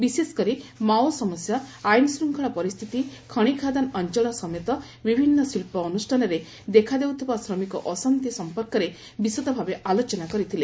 ବିଶେଷକରି ମାଓ ସମସ୍ୟା ଆଇନ୍ଶୃଙ୍ଖଳା ପରିସ୍ଚିତି ଖଣିଖାଦାନ ଅଞଳ ସମେତ ବିଭିନ୍ ଶିକ୍ ଅନୁଷ୍ଠାନରେ ଦେଖାଦେଉଥିବା ଶ୍ରମିକ ଅଶାନ୍ତ ସମ୍ମର୍କରେ ବିଶଦ ଭାବେ ଆଲୋଚନା କରିଥିଲେ